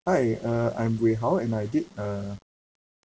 hi uh I'm wei hao and I did uh